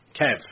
Kev